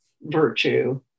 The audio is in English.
virtue